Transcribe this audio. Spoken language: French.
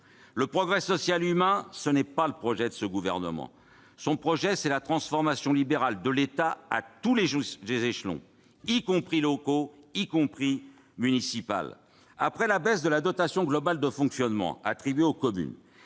Le progrès social et humain, ce n'est pas le projet de ce gouvernement. Son projet, c'est la transformation libérale de l'État à tous les échelons, y compris locaux, et notamment municipal. Après la baisse de la dotation globale de fonctionnement (DGF) attribuée aux communes,